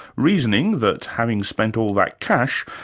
reasoning that having spent all that cash,